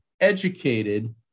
educated